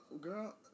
Girl